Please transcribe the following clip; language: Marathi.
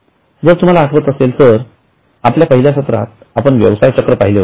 जर तुम्हाला आठवत असेल तर आपल्या पहिल्या सत्रात आपण व्यवसाय चक्र पहिले होते